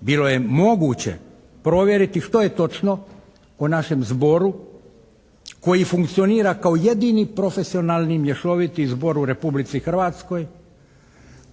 Bilo je moguće provjeriti što je točno o našem zboru koji funkcionira kao jedini profesionalni mješoviti zbog u Republici Hrvatskoj,